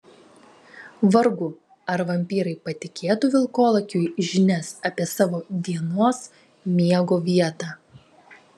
vargu ar vampyrai patikėtų vilkolakiui žinias apie savo dienos miego vietą